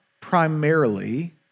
primarily